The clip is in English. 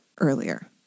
earlier